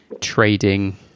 trading